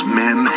men